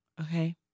okay